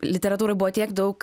literatūroj buvo tiek daug